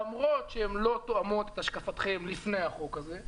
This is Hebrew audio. למרות שהן לא תואמות את השקפתכם לפני החוק הזה.